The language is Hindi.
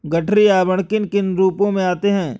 गठरी आवरण किन किन रूपों में आते हैं?